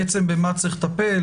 במה צריך לטפל.